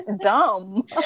dumb